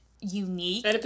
unique